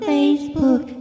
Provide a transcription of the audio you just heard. Facebook